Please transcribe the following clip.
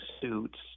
Suits